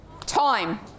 Time